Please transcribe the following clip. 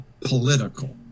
political